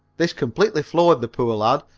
this completely floored the poor lad,